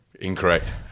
Incorrect